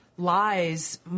lies